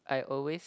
I always